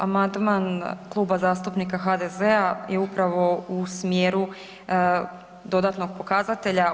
Amandman Kluba zastupnika HDZ-a je upravo u smjeru dodatnog pokazatelja.